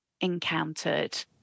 encountered